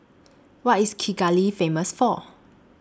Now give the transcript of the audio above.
What IS Kigali Famous For